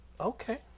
okay